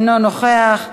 אינו נוכח,